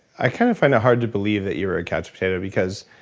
i kind of find it hard to believe that you were a couch potato because,